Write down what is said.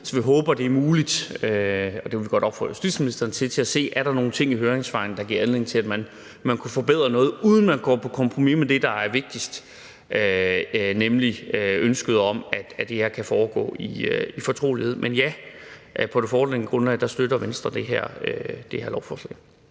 så vi håber, det er muligt, hvilket vi godt vil opfordre justitsministeren til, at se, om der er nogle ting i høringssvarene, der giver anledning til, at man kunne forbedre noget, uden man går på kompromis med det, der er vigtigst, nemlig ønsket om, at det her kan foregå i fortrolighed. Men ja, på det foreliggende grundlag støtter Venstre det her lovforslag.